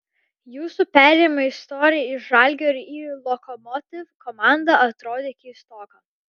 jūsų perėjimo istorija iš žalgirio į lokomotiv komandą atrodė keistoka